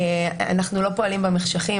אנחנו לא פועלים במחשכים.